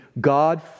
God